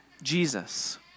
Jesus